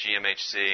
GMHC